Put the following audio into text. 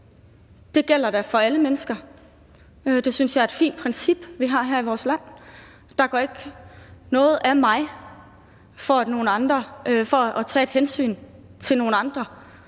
det gælder for alle mennesker. Det synes jeg er et fint princip vi har her i vores land. Der går ikke noget af mig af at skulle tage et hensyn til nogle andre,